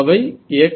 அவை xyz